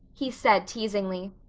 he said teasingly.